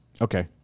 Okay